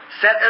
Set